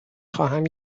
خواهم